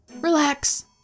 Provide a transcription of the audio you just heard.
relax